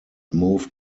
moved